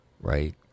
right